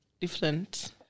different